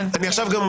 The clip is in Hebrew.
כן.